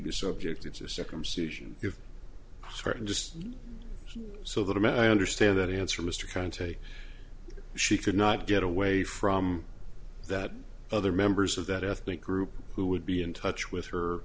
be subjected to circumcision if her just so that i mean i understand that answer mr can take she could not get away from that other members of that ethnic group who would be in touch with her